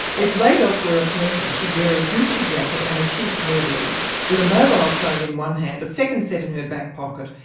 if lagos were a person, she would wear a gucci jacket and a cheap hair weave with a mobile phone in one hand, a second set in her back pocket,